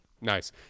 nice